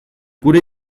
gure